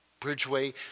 Bridgeway